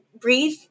breathe